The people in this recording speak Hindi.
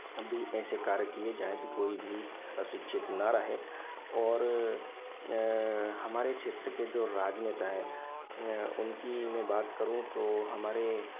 अभी ऐसे कार्य किये जाएं कि कोई भी अशिक्षित न रहे और हमारे क्षेत्र के जो राजनेता हैं उनकी मैं बात करूँ तो हमारे